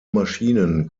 maschinen